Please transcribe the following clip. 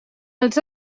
els